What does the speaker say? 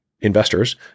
investors